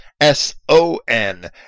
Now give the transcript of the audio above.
S-O-N